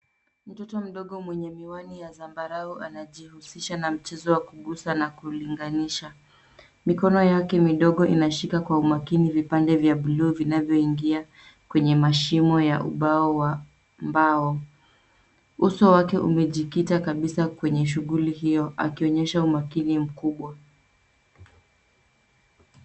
Mtoto mdogo mwenye miwani ya zambarau, anajihusisha na mchezo wa kuguza na kulinganisha. Mikono yake midogo inashika kwa umakini vipande vya bluu, vinavyoingia kwenye mashimo ya ubao wa mbao. Uso wake umejikita kabisa kwenye shughuli hiyo, akionyesha umakini mkubwa.